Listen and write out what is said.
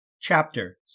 Chapter